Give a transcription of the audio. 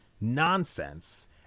nonsense